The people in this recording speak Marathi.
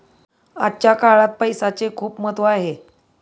आजच्या काळात पैसाचे खूप महत्त्व आहे